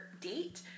date